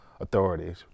authorities